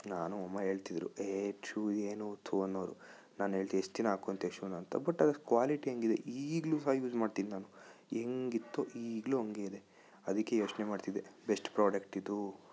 ನಾನು ಅಮ್ಮ ಹೇಳ್ತಿದ್ರು ಏ ಶೂ ಏನು ಥೂ ಅನ್ನೋವ್ರು ನಾನು ಹೇಳ್ತಿದ್ದೆ ಎಷ್ಟು ದಿನ ಹಾಕ್ಕೊತೀಯ ಶೂನ ಅಂತ ಬಟ್ ಅದು ಕ್ವಾಲಿಟಿ ಹಂಗಿದೆ ಈಗಲೂ ಸಹ ಯೂಸ್ ಮಾಡ್ತೀನಿ ನಾನು ಹೆಂಗಿತ್ತೋ ಈಗಲೂ ಹಂಗೇ ಇದೆ ಅದಕ್ಕೆ ಯೋಚನೆ ಮಾಡ್ತಿದ್ದೆ ಬೆಸ್ಟ್ ಪ್ರಾಡಕ್ಟ್ ಇದು